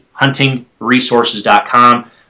huntingresources.com